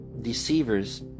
deceivers